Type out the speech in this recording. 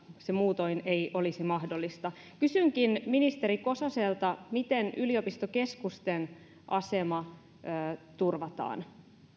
se muutoin ei olisi mahdollista kysynkin ministeri kososelta miten yliopistokeskusten asema turvataan